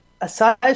aside